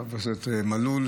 לחבר הכנסת מלול,